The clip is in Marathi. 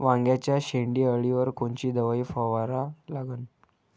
वांग्याच्या शेंडी अळीवर कोनची दवाई फवारा लागन?